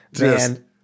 Man